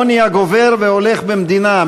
העוני הגובר והולך במדינה,